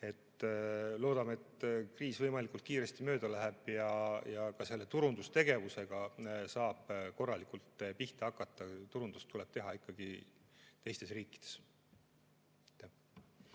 Loodame, et kriis võimalikult kiiresti mööda läheb ja ka selle turundustegevusega saab korralikult pihta hakata. Turundust tuleb teha ikkagi teistes riikides.